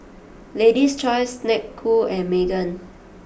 Lady's Choice Snek Ku and Megan